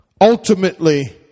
Ultimately